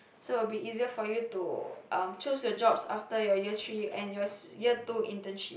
so it will be easier for you to um choose your jobs after your year three and your year two internship